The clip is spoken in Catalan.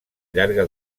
llarga